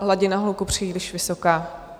Hladina hluku je příliš vysoká.